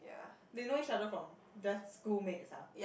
they know each other from best schoolmates ah